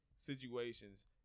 situations